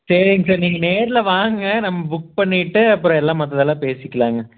சரிங்க சார் நீங்கள் நேரில் வாங்க நம்ம புக் பண்ணிவிட்டு அப்புறம் எல்லாம் மற்றதெல்லாம் பேசிக்கலாங்க